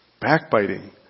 backbiting